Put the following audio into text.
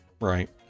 Right